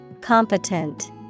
Competent